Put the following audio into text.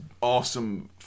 awesome